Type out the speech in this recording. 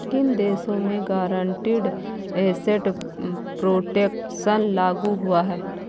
किन देशों में गारंटीड एसेट प्रोटेक्शन लागू हुआ है?